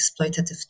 exploitative